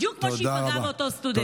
בדיוק כמו שהיא פגעה באותו סטודנט.